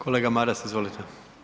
Kolega Maras, izvolite.